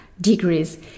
degrees